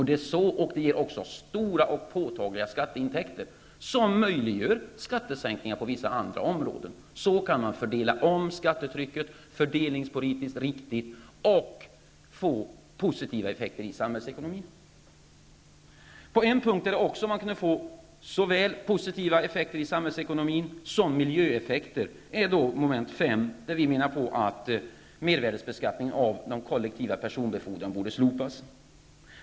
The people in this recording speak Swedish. Det ger dessutom stora och påtagliga skatteintäkter, som möjliggör skattesänkningar på vissa andra områden. Så kan man fördela om skattetrycket fördelningspolitiskt riktigt och få positiva effekter i samhällsekonomin. En sak som kunde få såväl positiva samhällsekonomiska effekter som positiva miljöeffekter, och som behandlas under mom. 5, är att mervärdebeskattningen av kollektiva personfordon slopas.